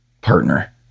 partner